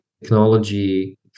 technology